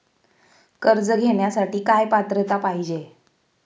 कर्ज घेण्यासाठी काय पात्रता पाहिजे?